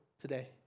today